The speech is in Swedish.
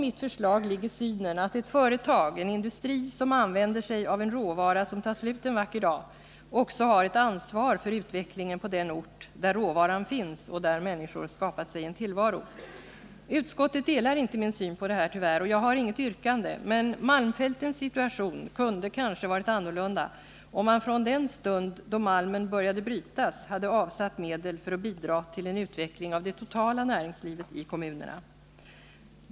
Mitt förslag bygger på synen att ett företag, en industri, som använder sig av en råvara som en vacker dag tar slut, också har ett ansvar för utvecklingen på den ort där råvaran finns och där människor skapat sig en tillvaro. Utskottet delar inte min syn i det avseendet — tyvärr — och jag har inget yrkande. Malmfältens situation kunde emellertid kanske ha varit annorlunda om man från den stund då malmen började brytas hade avsatt medel för att kunna bidra till en utveckling av det totala näringslivet i kommunerna.